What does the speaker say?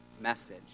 message